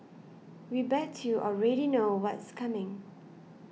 we bet you already know what's coming